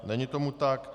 Není tomu tak.